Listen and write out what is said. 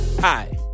Hi